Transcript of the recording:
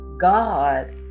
God